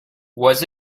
was